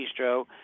Bistro